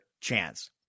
chance